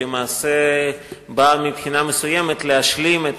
למעשה באה מבחינה מסוימת להשלים את